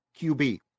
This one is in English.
QB